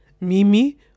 mimi